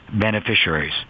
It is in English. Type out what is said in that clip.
beneficiaries